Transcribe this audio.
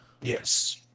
Yes